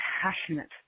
passionate